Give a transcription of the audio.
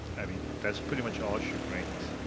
i mean, that's pretty much all she brings.